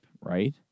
right